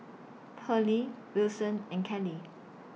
Perley Wilson and Kelley